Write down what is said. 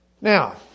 Now